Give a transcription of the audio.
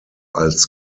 als